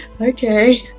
Okay